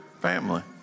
family